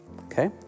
okay